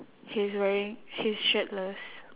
he is wearing he's shirtless